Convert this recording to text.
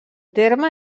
terme